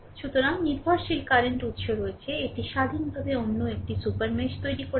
সুতরাং নির্ভরশীল কারেন্ট উৎস রয়েছে এটি স্বাধীনভাবে অন্য একটি সুপার মেশ তৈরি করছে